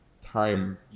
time